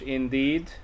indeed